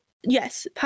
yes